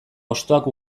hostoak